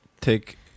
take